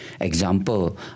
Example